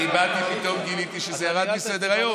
אני באתי, פתאום גיליתי שזה ירד מסדר-היום.